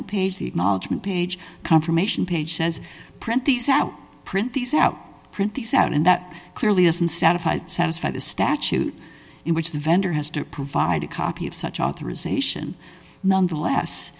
nt page the acknowledgment page confirmation page says print these out print these out print these out and that clearly isn't satisfied satisfy the statute in which the vendor has to provide a copy of such authorization nonetheless